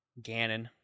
Ganon